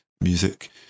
music